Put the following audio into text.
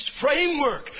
framework